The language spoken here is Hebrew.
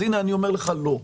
אז הנה, אני אומר לך לא.